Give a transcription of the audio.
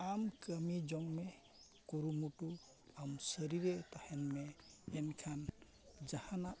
ᱟᱢ ᱠᱟᱹᱢᱤ ᱡᱚᱝ ᱢᱮ ᱠᱩᱨᱩᱢᱩᱴᱩ ᱟᱢ ᱥᱟᱹᱨᱤᱨᱮ ᱛᱟᱦᱮᱱ ᱢᱮ ᱮᱱᱠᱷᱟᱱ ᱡᱟᱦᱟᱱᱟᱜ